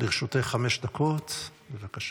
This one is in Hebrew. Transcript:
לרשותך חמש דקות, בבקשה.